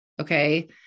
Okay